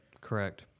Correct